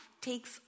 takes